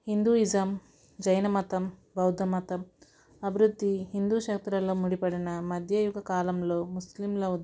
Hindu ism జైన మతం బౌద్ధ మతం అభివృద్ధి హిందూ షరతులో ముడిపడిన మధ్యయుగ కాలంలో ముస్లింల